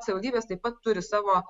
savivaldybės taip pat turi savo